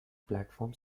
platform